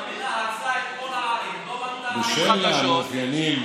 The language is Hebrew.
בשל המאפיינים